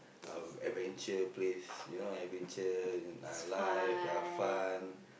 uh adventure place you know adventure uh life ya fun